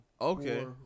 Okay